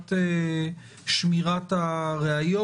שמירת הראיות.